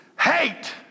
Hate